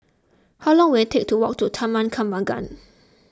how long will take to walk to Taman Kembangan